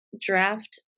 draft